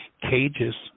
cages